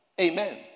Amen